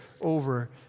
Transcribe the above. over